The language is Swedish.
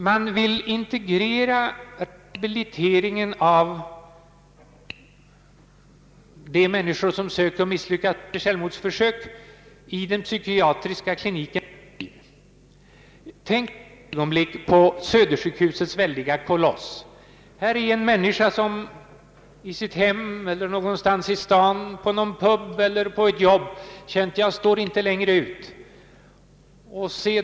Man vill integrera rehabiliteringen av de människor, som försökt och misslyckats med ett självmordsförsök, i de psykiatriska klinikerna. Tänk ett ögonblick på Södersjukhusets väldiga koloss! Här är en människa som i sitt hem eller någon annanstans i stan, på någon pub eller på ett jobb, känt att hon inte står ut längre.